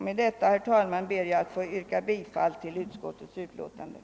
Med detta, herr talman, ber jag att få yrka bifall till utskottets hemställan.